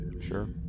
Sure